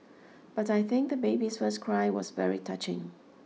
but I think the baby's first cry was very touching